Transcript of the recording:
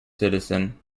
citizen